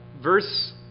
verse